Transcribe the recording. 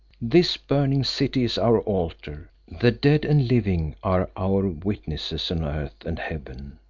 this burning city is our altar, the dead and living are our witnesses on earth and heaven.